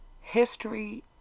history